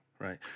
Right